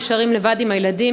נשארים לבד עם הילדים,